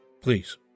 please